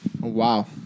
Wow